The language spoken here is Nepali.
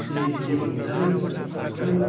ले घेरिएको हुन्छ नै हुन्छ र